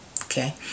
okay